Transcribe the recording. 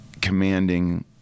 commanding